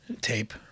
tape